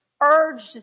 urged